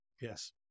Yes